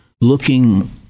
looking